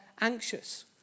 anxious